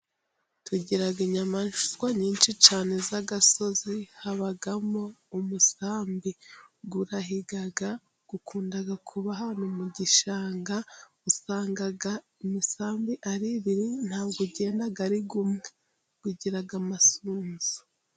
Tugira inyamaswa nyinshi cyane z'agasozi. Habamo umusambi. Urahiga, ukunda kuba ahantu mu gishanga. Usanga imisambi ari ibiri, nta we ugenda ari umwe, ugira masunzu.